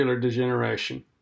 degeneration